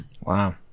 Wow